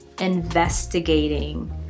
investigating